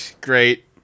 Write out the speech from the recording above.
Great